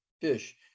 fish